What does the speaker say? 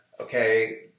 okay